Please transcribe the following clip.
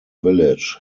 village